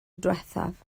diwethaf